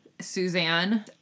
Suzanne